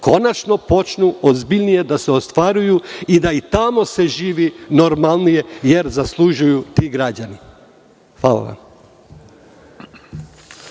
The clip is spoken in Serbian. konačno počnu ozbiljnije da se ostvaruju i da i tamo počne da se živi normalnije. Jer, to zaslužuju ti građani. Hvala.